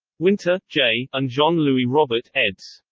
winter, jay, and jean-louis robert, eds.